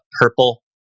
purple